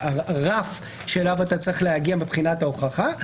הרף שאליו אתה צריך להגיע מבחינת ההוכחה.